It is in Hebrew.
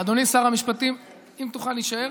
אדוני שר המשפטים, האם תוכל להישאר?